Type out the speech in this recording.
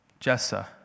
Jessa